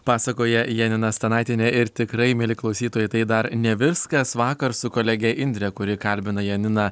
pasakoja janina stanaitiene ir tikrai mieli klausytojai tai dar ne viskas vakar su kolege indre kuri kalbina janiną